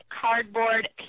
cardboard